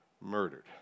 murdered